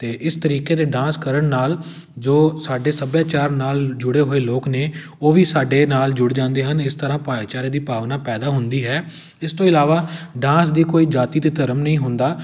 ਅਤੇ ਇਸ ਤਰੀਕੇ ਦੇ ਡਾਂਸ ਕਰਨ ਨਾਲ਼ ਜੋ ਸਾਡੇ ਸੱਭਿਆਚਾਰ ਨਾਲ਼ ਜੁੜੇ ਹੋਏ ਲੋਕ ਨੇ ਉਹ ਵੀ ਸਾਡੇ ਨਾਲ਼ ਜੁੜ ਜਾਂਦੇ ਹਨ ਇਸ ਤਰ੍ਹਾਂ ਭਾਈਚਾਰੇ ਦੀ ਭਾਵਨਾ ਪੈਦਾ ਹੁੰਦੀ ਹੈ ਇਸ ਤੋਂ ਇਲਾਵਾ ਡਾਂਸ ਦੀ ਕੋਈ ਜਾਤੀ ਅਤੇ ਧਰਮ ਨਹੀਂ ਹੁੰਦਾ